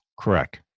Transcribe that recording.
Correct